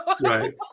right